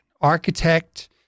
architect